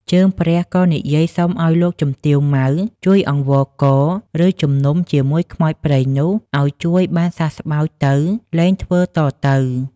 ជើងព្រះក៏និយាយសុំឲ្យលោកជំទាវ ម៉ៅ ជួយអង្វរករ ឬជំនុំជាមួយខ្មោចព្រៃនោះ ឲ្យជួយបានសះស្បើយទៅ លែងធ្វើតទៅ ។